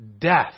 death